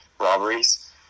robberies